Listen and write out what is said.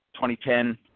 2010